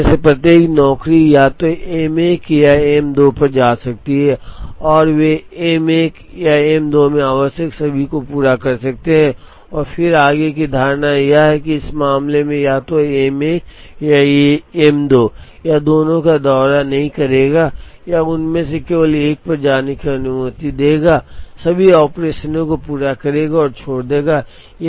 फिर इनमें से प्रत्येक नौकरी या तो एम 1 या एम 2 पर जा सकती है और वे एम 1 या एम 2 में आवश्यक सभी को पूरा कर सकते हैं और फिर आगे की धारणा यह है कि इस मामले में यह या तो एम 1 या एम 2 यह दोनों का दौरा नहीं करेगा यह उनमें से केवल एक पर जाने की अनुमति देगा सभी ऑपरेशनों को पूरा करेगा और छोड़ देगा